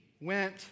went